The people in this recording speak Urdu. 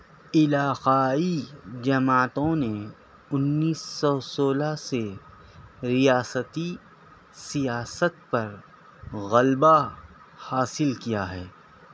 علاقائی جماعتوں نے انیس سو سولہ سے ریاستی سیاست پر غلبہ حاصل کیا ہے